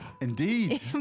Indeed